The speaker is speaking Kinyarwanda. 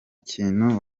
kintu